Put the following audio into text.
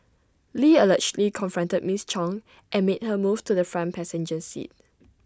lee allegedly confronted miss chung and made her move to the front passenger seat